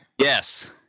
Yes